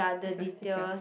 business details